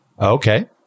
Okay